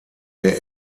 der